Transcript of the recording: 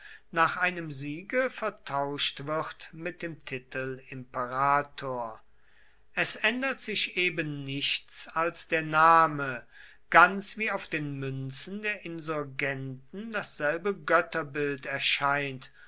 nach einem siege vertauscht wird mit dem titel imperator es ändert sich eben nichts als der name ganz wie auf den münzen der insurgenten dasselbe götterbild erscheint